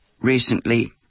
recently